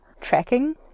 tracking